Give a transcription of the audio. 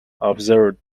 observed